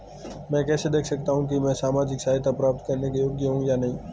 मैं कैसे देख सकता हूं कि मैं सामाजिक सहायता प्राप्त करने योग्य हूं या नहीं?